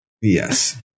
Yes